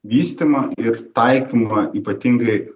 vystymą ir taikymą ypatingai